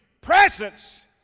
presence